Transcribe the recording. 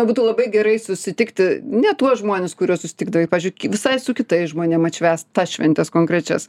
būtų labai gerai susitikti ne tuos žmones kuriuos susitikdavai pavyzdžiui visai su kitais žmonėm atšvęst tas šventes konkrečias